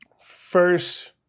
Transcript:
First